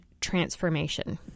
transformation